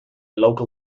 local